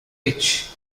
pitch